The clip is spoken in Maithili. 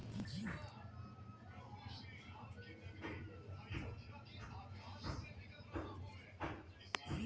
शकरकंद केश आ सौंदर्य लेल उपयोगी होइ छै, कियैकि अय मे एंटी ऑक्सीडेंट रहै छै